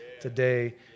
today